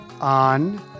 On